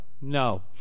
no